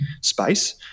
space